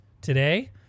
today